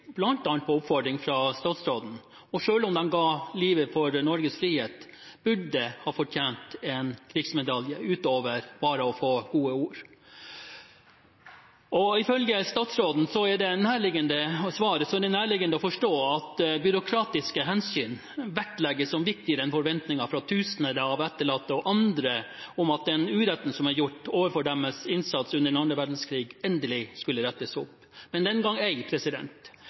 på oppfordring fra statsråden, som ga livet for Norges frihet, hadde fortjent en krigsmedalje – noe utover bare å få gode ord. Ifølge statsrådens svar er det nærliggende å forstå det slik at byråkratiske hensyn vektlegges som viktigere enn forventningen fra tusener av etterlatte og andre om at den uretten som er gjort overfor deres innsats under annen verdenskrig, endelig skulle rettes opp. Men den gang ei